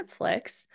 Netflix